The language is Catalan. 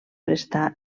prestar